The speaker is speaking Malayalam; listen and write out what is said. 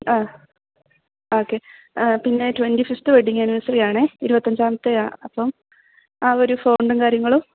ആ ഓക്കെ പിന്നെ ട്വൻ്റി ഫിഫ്ത് വെഡിങ് ആനിവേഴ്സറിയാണ് ഇരുപത്തി അഞ്ചാമത്തെ അപ്പം ആ ഒരു ഫോണ്ടും കാര്യങ്ങളും